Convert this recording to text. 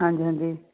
ਹਾਂਜੀ ਹਾਂਜੀ